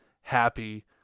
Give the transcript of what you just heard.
happy